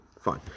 Fine